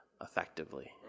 effectively